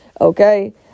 okay